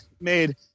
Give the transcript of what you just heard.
made